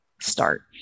start